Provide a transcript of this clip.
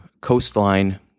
coastline